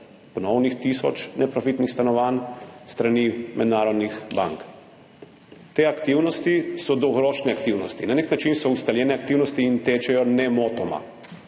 ponovno tisoč neprofitnih stanovanj. Te aktivnosti so dolgoročne aktivnosti. Na nek način so ustaljene aktivnosti in tečejo nemoteno.